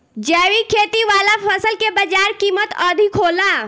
जैविक खेती वाला फसल के बाजार कीमत अधिक होला